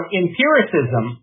empiricism